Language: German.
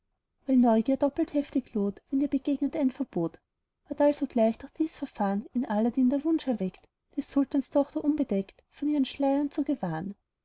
neugier doppelt heftig loht wenn ihr begegnet ein verbot ward alsogleich durch dies verfahren in aladdin der wunsch erweckt die sultanstochter unbedeckt von ihrem schleier zu gewahren